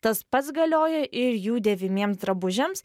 tas pats galioja ir jų dėvimiems drabužiams